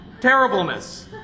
terribleness